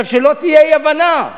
שלא תהיה אי-הבנה.